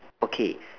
okay